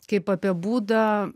kaip apie būdą